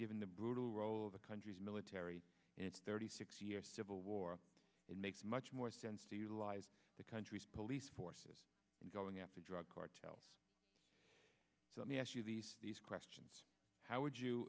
given the brutal role of the country's military its thirty six year civil war it makes much more sense to utilize the country's police forces and going after drug cartels so let me ask you these questions how would you